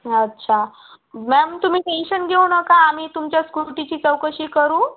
अच्छा मॅम तुम्ही टेंशन घेऊ नका आम्ही तुमच्या स्कूटीची चौकशी करू